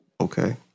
Okay